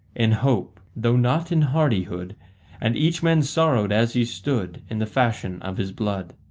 in hope, though not in hardihood and each man sorrowed as he stood in the fashion of his blood.